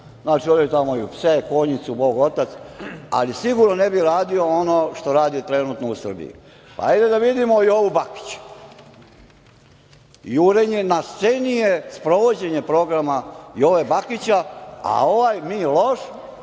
Oni imaju pse, konjicu, bog otac, ali sigurno ne bi radio ono što radi trenutno u Srbiji. Pa hajde da vidimo Jovu Bakića. Jurenje na sceni je sprovođenje programa Jove Bakića, a ovaj Mi-loš